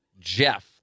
Jeff